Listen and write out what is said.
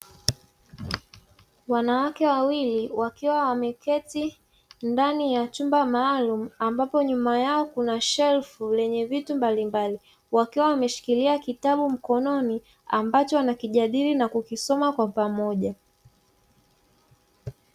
Wanawake wawili wakiwa wameketi ndani ya chumba maalumu, ambapo nyuma yao kuna shelfu lenye vitu mbalimbali, wakiwa wameshikilia kitabu mkononi ambacho wanakijadili na kukisoma kwa pamoja.